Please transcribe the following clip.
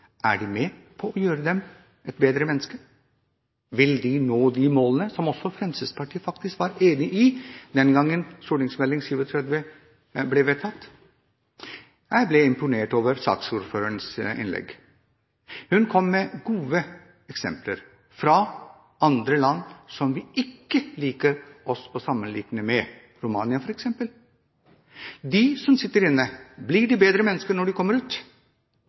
foreslår, er med på å gjøre dem til bedre mennesker? Vil de nå de målene som også Fremskrittspartiet faktisk var enig i den gangen vi behandlet St.meld. nr. 37? Jeg ble imponert over saksordførerens innlegg. Hun kom med gode eksempler fra andre land som vi ikke liker å sammenlikne oss med, f.eks. Romania. De som sitter inne, blir de bedre mennesker når de kommer ut?